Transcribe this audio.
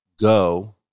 go